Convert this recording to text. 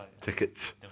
tickets